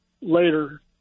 later